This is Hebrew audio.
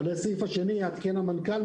ולסעיף השני יתייחס המנכ"ל,